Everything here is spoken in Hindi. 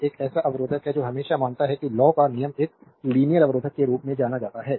तो एक ऐसा अवरोधक है जो हमेशा मानता है कि law का नियम एक लीनियर अवरोधक के रूप में जाना जाता है